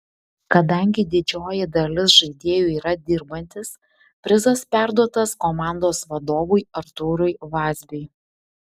kadangi didžioji dalis žaidėjų yra dirbantys prizas perduotas komandos vadovui artūrui vazbiui